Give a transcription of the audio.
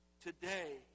Today